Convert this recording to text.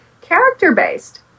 character-based